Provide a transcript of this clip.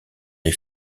les